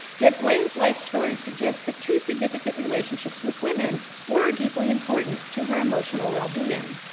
yet blaine's life story suggests the two significant relationships with women were deeply important to her emotional well-being.